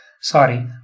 Sorry